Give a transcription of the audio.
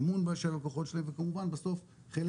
אמון של הלקוחות שלהם וכמובן בסוף חלק